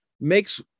makes